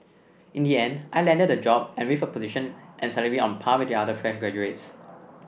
in the end I landed the job and with a position and salary on par with the other fresh graduates